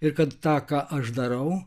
ir kad tą ką aš darau